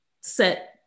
set